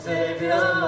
Savior